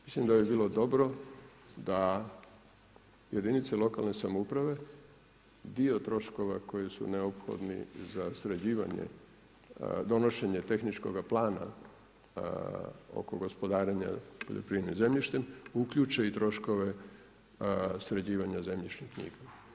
Mislim da bi bilo dobro, da jedinice lokalnih samouprave i o troškova koji su neophodni za sređivanje donošenje tehničkoga plana oko gospodarenja poljoprivrednim zemljištem, uključuje troškove sređivanja zemljišnih knjiga.